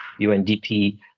UNDP